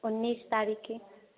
उन्नीस तारीख़ की